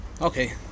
Okay